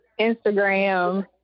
Instagram